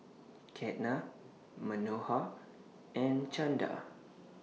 Ketna Manohar and Chanda